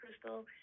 Crystal